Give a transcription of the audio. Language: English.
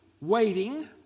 waiting